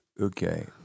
Okay